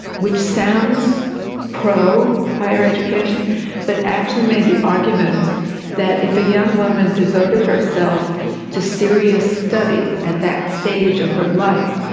which sounds pro higher education but actually made the argument that if a young woman devoted herself to serious study at that stage of her life,